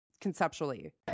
conceptually